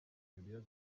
areruya